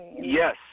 yes